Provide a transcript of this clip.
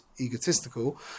egotistical